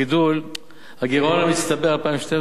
הגירעון המצטבר של 2012,